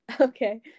Okay